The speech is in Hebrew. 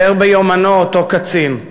תיאר ביומנו אותו קצין,